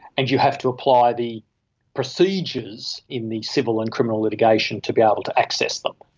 and you have to apply the procedures in the civil and criminal litigation to be able to access them.